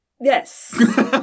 Yes